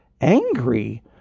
angry